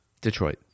Detroit